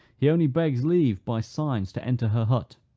he only begs leave, by signs, to enter her hut.